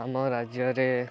ଆମ ରାଜ୍ୟରେ